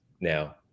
now